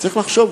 אז צריך לחשוב,